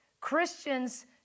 Christians